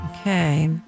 Okay